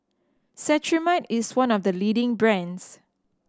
cetrimide is one of the leading brands